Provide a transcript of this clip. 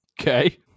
Okay